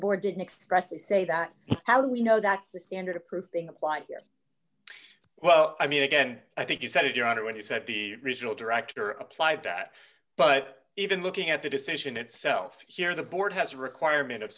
and say that how do you know that's the standard of proof being applied here well i mean again i think you said your honor when you said the regional director applied that but even looking at the decision itself here the board has a requirement of